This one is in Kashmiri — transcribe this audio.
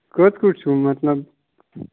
کٔژ کُٹھ چھِو مطلب